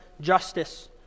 justice